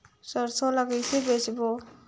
सरसो ला कइसे बेचबो?